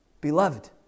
beloved